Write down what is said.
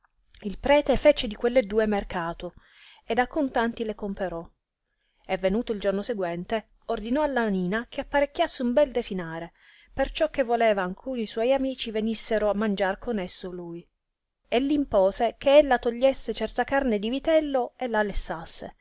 il prete fece di quelle due mercato ed a contanti le comperò e venuto il giorno seguente ordinò alla nina che apparecchiasse un bel desinare perciò che voleva alcuni suoi amici venissero a mangiar con esso lui e v impose che ella togliesse certa carne di vitello e la lessasse